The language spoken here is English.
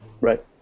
Right